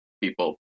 people